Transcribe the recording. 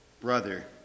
brother